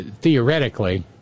theoretically